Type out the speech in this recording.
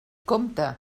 compte